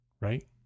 Right